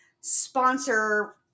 sponsor